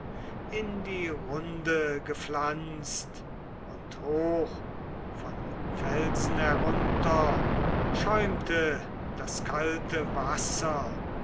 in die runde gepflanzt und hoch von felsen herunter schäumte das kalte wasser